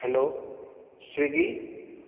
hello Swiggy